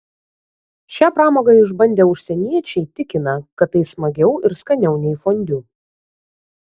šią pramogą išbandę užsieniečiai tikina kad tai smagiau ir skaniau nei fondiu